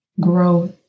growth